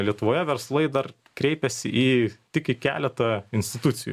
lietuvoje verslai dar kreipiasi į tik į keletą institucijų